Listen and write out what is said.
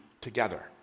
together